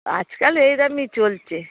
আজকাল এই দামই চলছে